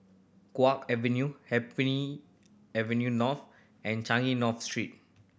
Guok Avenue Happy Avenue North and Changi North Street